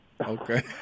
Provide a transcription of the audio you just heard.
Okay